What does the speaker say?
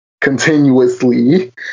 continuously